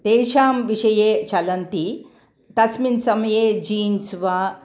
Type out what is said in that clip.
तेषां विषये चलन्ति तस्मिन् समये जीन्स् वा